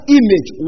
image